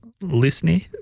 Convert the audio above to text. listening